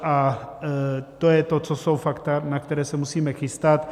A to je to, co jsou fakta, na která se musíme chystat.